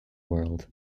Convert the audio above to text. world